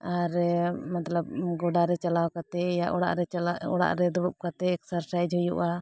ᱟᱨ ᱢᱚᱛᱞᱚᱵ ᱜᱚᱰᱟ ᱨᱮ ᱪᱟᱞᱟᱣ ᱠᱟᱛᱮᱫ ᱤᱭᱟ ᱚᱲᱟᱜ ᱨᱮ ᱪᱟᱞᱟᱣ ᱚᱲᱟᱜ ᱨᱮ ᱫᱩᱲᱩᱵ ᱠᱟᱛᱮᱫ ᱮᱠᱥᱟᱨᱥᱟᱭᱤᱡᱽ ᱦᱩᱭᱩᱜᱼᱟ